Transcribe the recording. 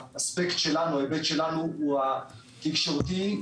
ההיבט שלנו הוא התקשורתי,